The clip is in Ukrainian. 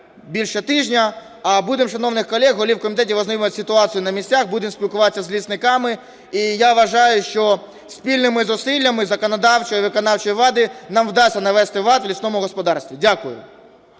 більше тижня. А будемо шановних колег голів комітетів ознайомлювати з ситуацією на місцях, будемо спілкуватися з лісниками. І я вважаю, що спільними зусиллями законодавчої і виконавчої влади нам вдасться навести лад в лісному господарстві. Дякую.